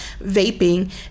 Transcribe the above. vaping